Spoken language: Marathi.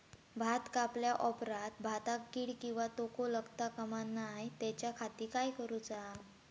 भात कापल्या ऑप्रात भाताक कीड किंवा तोको लगता काम नाय त्याच्या खाती काय करुचा?